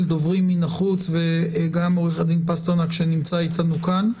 הדוברים מן החוץ וגם את עורך הדין פסטרנק שנמצא אתנו כאן.